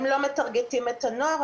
הם לא מטרגטים את הנוער,